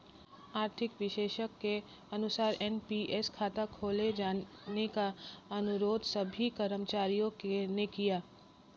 आर्थिक विशेषज्ञ के अनुसार एन.पी.एस खाता खोले जाने का अनुरोध सभी कर्मचारियों ने किया